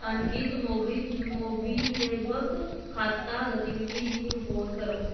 अनगित MobiKwik खाता गतिविधि दी रपोर्ट करो